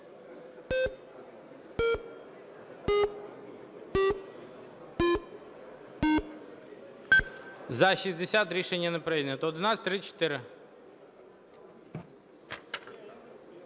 За-62 Рішення не прийнято.